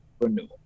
renewal